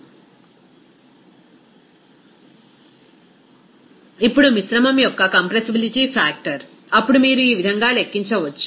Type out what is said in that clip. refer slide time ఇప్పుడు మిశ్రమం యొక్క కంప్రెస్సిబిలిటీ ఫాక్టర్ అప్పుడు మీరు ఈ విధంగా లెక్కించవచ్చు